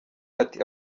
ati